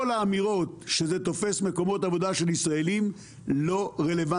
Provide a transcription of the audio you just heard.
כל האמירות שזה תופס מקומות עבודה של ישראלים לא רלוונטיות.